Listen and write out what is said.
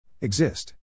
Exist